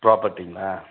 ப்ரோபர்ட்டிங்களா